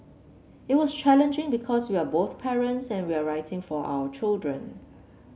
it was challenging because we are both parents and we are writing for our children